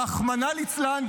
רחמנא ליצלן,